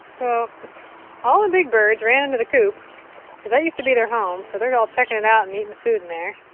so all the big birds ran into the coop cuz that used to be their home, so they're yeah all checking it out and eating the food in there.